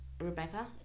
Rebecca